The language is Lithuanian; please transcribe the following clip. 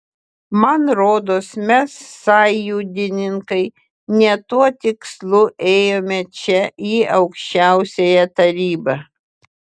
man rodos mes sąjūdininkai ne tuo tikslu ėjome čia į aukščiausiąją tarybą